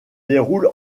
déroule